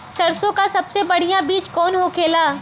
सरसों का सबसे बढ़ियां बीज कवन होखेला?